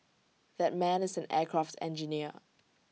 that man is an aircraft engineer